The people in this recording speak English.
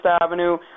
Avenue